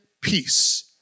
peace